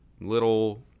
little